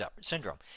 syndrome